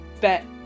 bet